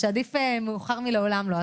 שעדיף מאוחר מלעולם לא.